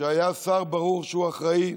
שהיה שר שברור שהוא אחראי,